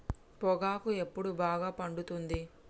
పొగాకు ఎప్పుడు బాగా పండుతుంది?